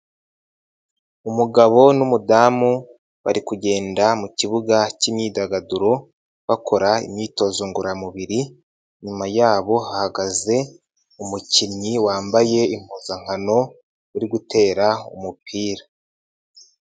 Umugabo n'umudamu bari kugenda mu kibuga k'imyidagaduro bakora imyitozo ngororamubiri, inyuma yabo hahagaze umukinnyi wambaye impuzankano uri gutera umupira.